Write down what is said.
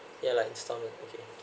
yeah like instalment okay